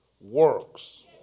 works